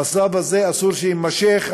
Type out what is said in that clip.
המצב הזה אסור שיימשך.